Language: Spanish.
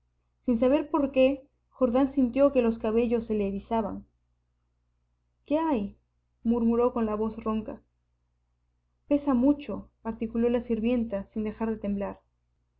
sin saber por qué jordán sintió que los cabellos se le erizaban qué hay murmuró con la voz ronca pesa mucho articuló la sirvienta sin dejar de temblar